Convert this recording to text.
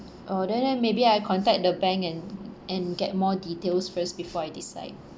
oh then then maybe I contact the bank and and get more details first before I decide